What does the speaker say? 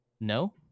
no